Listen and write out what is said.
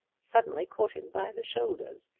suddenly caught him by the shoulders.